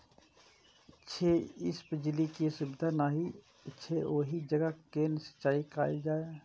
छै इस पर बिजली के सुविधा नहिं छै ओहि जगह केना सिंचाई कायल जाय?